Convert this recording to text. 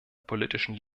politischen